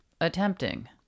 attempting